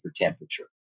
temperature